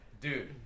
dude